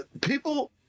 people